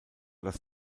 das